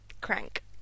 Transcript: Crank